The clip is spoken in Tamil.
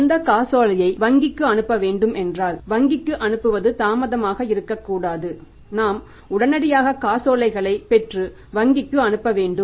அந்த காசோலையை வங்கிக்கு அனுப்ப வேண்டும் என்றால் வங்கிக்கு அனுப்புவது தாமதமாக இருக்கக்கூடாது நாம் உடனடியாக காசோலைகளைப் பெற்று வங்கிக்கு அனுப்ப வேண்டும்